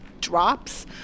drops